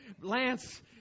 Lance